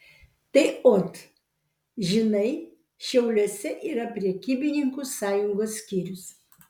tai ot žinai šiauliuose yra prekybininkų sąjungos skyrius